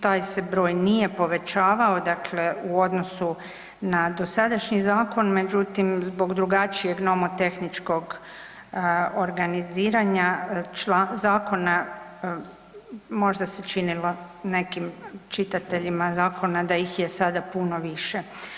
Taj se broj nije povećavao u odnosu na dosadašnji zakon, međutim zbog drugačijeg nomotehničkog organiziranja zakona možda se činilo nekim čitateljima zakona da ih je sada puno više.